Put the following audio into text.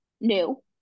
New